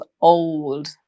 old